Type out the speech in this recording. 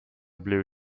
blue